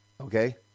okay